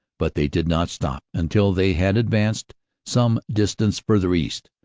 but they did not stop until they had advanced some distance further east.